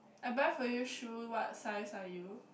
I buy for you shoe what size are you